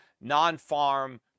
non-farm